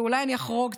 ואולי אני אחרוג קצת,